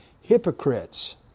hypocrites